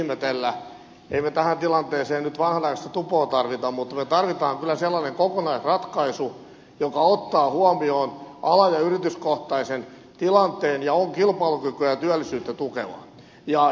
emme me tähän tilanteeseen nyt vanhanaikaista tupoa tarvitse mutta me tarvitsemme kyllä sellaisen kokonaisratkaisun joka ottaa huomioon ala ja yrityskohtaisen tilanteen ja on kilpailukykyä ja työllisyyttä tukeva